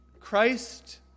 Christ